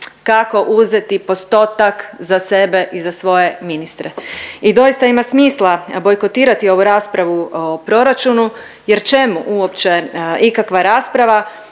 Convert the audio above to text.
kako uzeti postotak za sebe i za svoje ministre. I doista ima smisla bojkotirati ovu raspravu o proračunu, jer čemu uopće ikakva rasprava